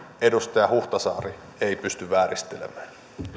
edustaja huhtasaari ei pysty vääristelemään